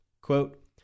quote